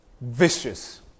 vicious